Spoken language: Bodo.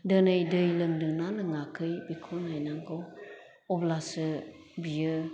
दिनै दै लोंदोंना लोङाखै बेखौ नायनांगौ अब्लासो बियो